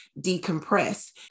decompress